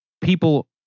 people